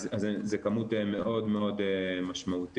אז זו כמות מאוד משמעותית.